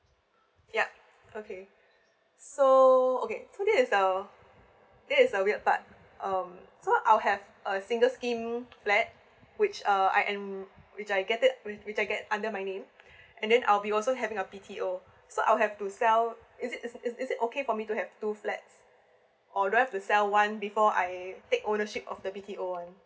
yeah okay so okay so there's uh there's a weird but um so I'll have a single scheme flat which uh I am which I get it which I get under my name and then I'll be also having a B_T_O so I'll have to sell is it is is it okay for me to have two flats or do I have to sell one before I take ownership of the B_T_O one